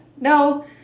No